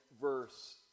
verse